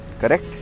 Correct